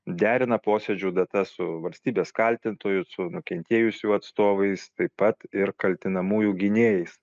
derina posėdžių datas su valstybės kaltintoju nukentėjusių atstovais taip pat ir kaltinamųjų gynėjais